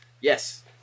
Yes